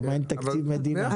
כי אין תקציב מדינה,